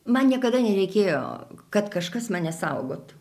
man niekada nereikėjo kad kažkas mane saugotų